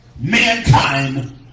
Mankind